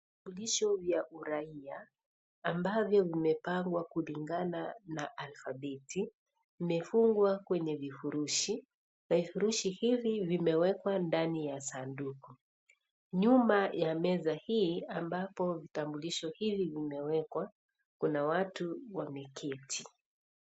Vitambulisho vya uraia, ambavyo vimepangwa kulingana na alfabeti, vimefungwa kwenye vivurushi, na vivurushi hivi vimewekwa ndani ya sanduku nyuma ya meza hii ambayo vitambulisho hivi vimewekwa kuna watu wameketi.